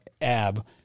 ab